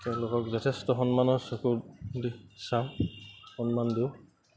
তেওঁলোকক যথেষ্ট সন্মানৰ চকু দি চাওঁ সন্মান দিওঁ